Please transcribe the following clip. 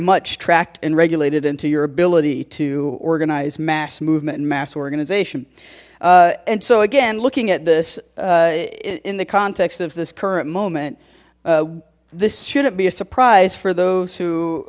much tracked and regulated into your ability to organize mass movement and mass organization and so again looking at this in the context of this current moment this shouldn't be a surprise for those who